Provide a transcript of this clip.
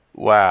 Wow